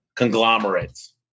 Conglomerates